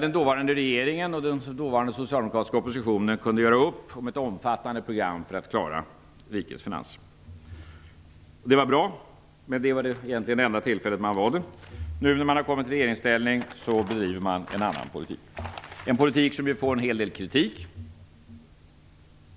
Den dåvarande regeringen och den dåvarande socialdemokratiska oppositionen kunde då göra upp om ett omfattande program för att klara rikets finanser. Det var bra. Men det var egentligen det enda tillfället som man var överens. Nu när man har kommit i regeringsställning bedriver man en annan politik, en politik som får en hel del kritik.